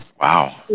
wow